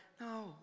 no